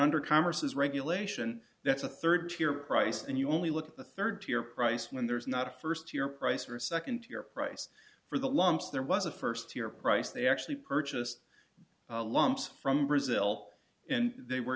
under converses regulation that's a third tier price and you only look at the third tier price when there's not a first year price for a second tier price for the lumps there was a first tier price they actually purchased lumps from brazil and they were